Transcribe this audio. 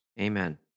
Amen